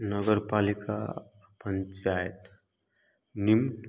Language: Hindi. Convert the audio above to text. नगर पालिका पंचायत निम्न